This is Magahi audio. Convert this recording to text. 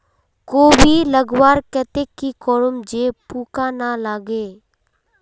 कोबी लगवार केते की करूम जे पूका ना लागे?